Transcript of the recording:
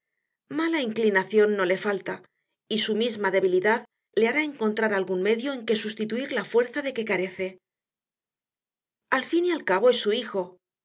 mala inclinación no le falta y su misma debilidad le hará encontrar algún medio con que sustituir la fuerza de que carece al fin y al cabo es su hijo